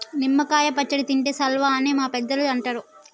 నిమ్మ కాయ పచ్చడి తింటే సల్వా అని మన పెద్దలు అంటరు